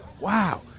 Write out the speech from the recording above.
Wow